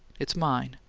it's mine.